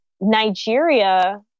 Nigeria